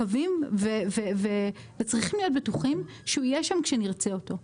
מקווים וצריכים להיות בטוחים שהוא יהיה שם כשנרצה אותו.